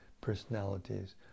personalities